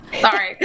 Sorry